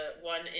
one